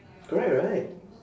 correct right